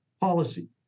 policy